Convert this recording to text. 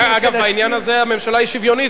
בעניין הזה הממשלה היא שוויונית,